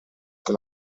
che